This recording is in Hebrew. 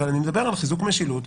אבל אני מדבר על חיזוק משילות,